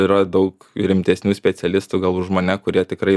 yra daug rimtesnių specialistų gal už mane kurie tikrai